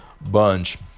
bunch